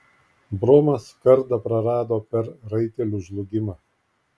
bromas kardą prarado per raitelių žlugimą